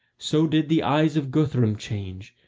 so did the eyes of guthrum change,